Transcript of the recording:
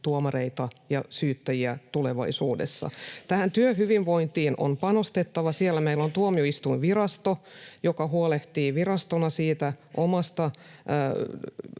tuomareita ja syyttäjiä tulevaisuudessa. Työhyvinvointiin on panostettava. Siellä meillä on Tuomioistuinvirasto, joka huolehtii virastona oman